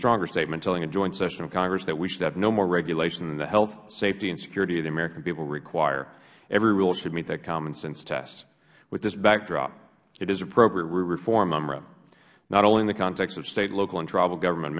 stronger statement telling a joint session of congress that we should have no more regulation than the health safety and security of the american people require every rule should make that common sense test with this backdrop it is appropriate we reform umra not only in the context of state local and tribal government